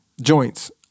Joints